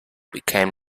became